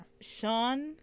sean